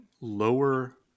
lower